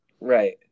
right